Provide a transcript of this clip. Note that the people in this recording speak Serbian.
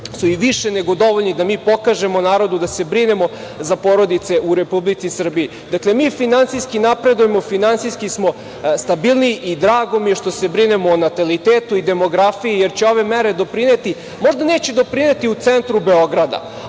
su i više nego dovoljni da mi pokažemo narodu da se brinemo za porodice u Republici Srbiji. Dakle, mi finansijski napredujemo, finansijski smo stabilniji i drago mi je što se brinemo o natalitetu i demografiji, jer će ove mere doprineti. Možda neće doprineti u centru Beograda,